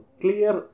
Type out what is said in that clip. clear